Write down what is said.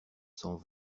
sans